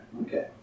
Okay